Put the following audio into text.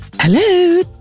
Hello